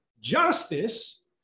Justice